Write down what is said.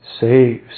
saves